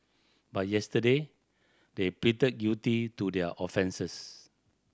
but yesterday they pleaded guilty to their offences